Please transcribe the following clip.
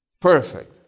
perfect